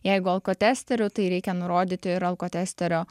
jeigu alkotesteriu tai reikia nurodyti ir alkotesterio